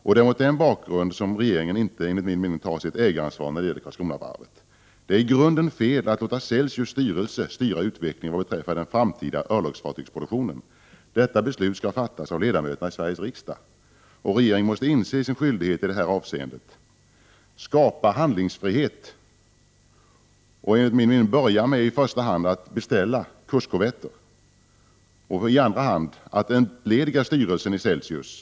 Det är mot den bakgrunden jag menar att regeringen inte tar sitt ägaransvar när det gäller Karlskronavarvet. Det är i grunden fel att låta Celsius styrelse bestämma utvecklingen beträffande den framtida örlogsfartygsproduktionen. Beslut om den skall fattas av ledamöterna i Sveriges riksdag. Regeringen måste inse sin skyldighet i det här avseendet, skapa handlingsfrihet och enligt min mening i första hand beställa kustkorvetter och i andra hand entlediga styrelsen i Celsius.